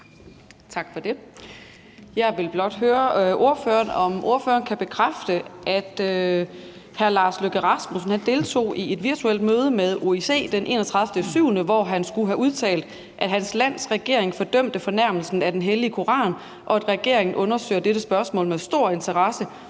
Tak for det. Jeg vil blot høre ordføreren, om ordføreren kan bekræfte, at udenrigsministeren deltog i et virtuelt møde med OIC den 31. juli, hvor han skulle have udtalt, at hans lands regering fordømmer fornærmelsen af den hellige Koran, og at regeringen undersøger dette spørgsmål med stor interesse,